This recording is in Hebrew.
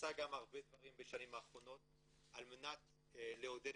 שנעשו גם דברים רבים בשנים האחרונות על מנת לעודד